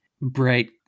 bright